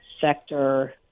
sector